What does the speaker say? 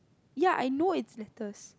ya I know is lettuce